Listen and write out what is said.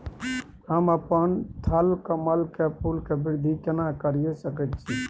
हम अपन थलकमल के फूल के वृद्धि केना करिये सकेत छी?